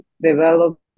develop